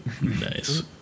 Nice